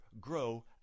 grow